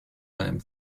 time